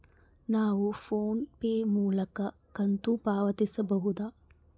ನಾವು ಫೋನ್ ಪೇ ಮೂಲಕ ಕಂತು ಪಾವತಿಸಬಹುದಾ?